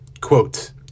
Quote